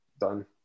done